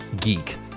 geek